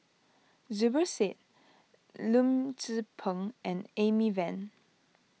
Zubir Said Lim Tze Peng and Amy Van